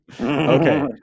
okay